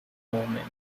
movement